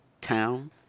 town